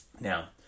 Now